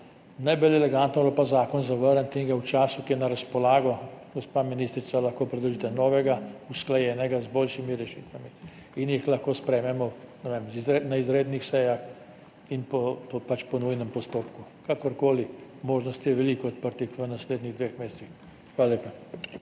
Najbolj elegantno bi bilo pa zakon zavrniti in v času, ki je na razpolago, gospa ministrica, lahko predložite novega, usklajenega, z boljšimi rešitvami. In jih lahko sprejmemo, ne vem, na izrednih sejah in pač po nujnem postopku. Kakorkoli, odprtih možnosti je veliko v naslednjih dveh mesecih. Hvala lepa.